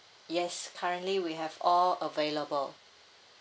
yes currently we have all available